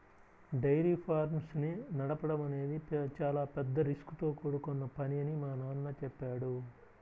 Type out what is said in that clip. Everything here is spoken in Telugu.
డైరీ ఫార్మ్స్ ని నడపడం అనేది చాలా పెద్ద రిస్కుతో కూడుకొన్న పని అని మా నాన్న చెప్పాడు